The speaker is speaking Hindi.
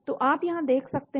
तो आप यहां देख सकते हैं